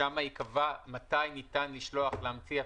שיש לו עשרות אלפי מתקנים לדווח עליהם,